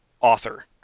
author